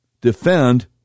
defend